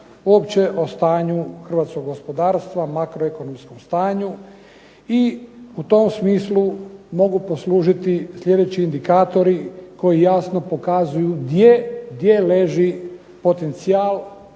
uopće o stanju gospodarstva makroekonomskom stanju i u tom smislu mogu poslužiti sljedeći indikatori koji jasno pokazuju gdje leži potencijal